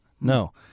No